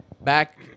back